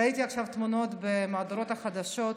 ראיתי עכשיו תמונות במהדורות החדשות.